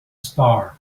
star